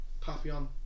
Papillon